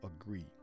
agree